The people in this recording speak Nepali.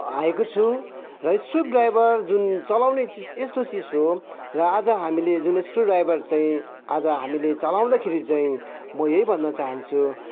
आएको छु र स्क्रुड्राइभर जुन चलाउने चिज यस्तो चिज हो र आज हामीले जुनै स्क्रुड्राइभर चाहिँ आज हामीले चलाउँदाखेरि चाहिँ म यही भन्न चाहन्छु